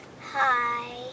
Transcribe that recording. Hi